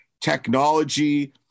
technology